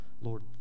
Lord